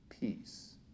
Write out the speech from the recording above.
peace